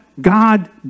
God